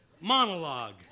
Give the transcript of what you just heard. monologue